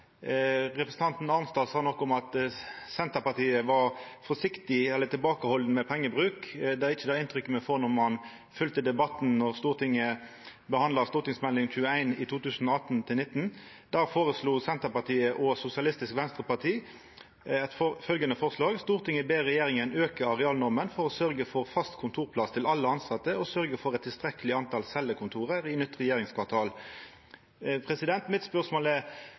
Representanten Arnstad sa noko om at Senterpartiet var forsiktig, eller tilbakehalden, med pengebruk. Det var ikkje det inntrykket me fekk då me følgde debatten då Stortinget behandla Meld. St. 21 for 2018–2019. Då hadde Senterpartiet og Sosialistisk Venstreparti følgjande forslag: «Stortinget ber regjeringen øke arealnormen for å sørge for fast kontorplass til alle ansatte og sørge for et tilstrekkelig antall cellekontorer i nytt regjeringskvartal.» Mitt spørsmål er: